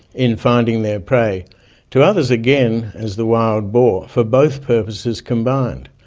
in finding their prey to others, again, as the wild boar, for both purposes combined.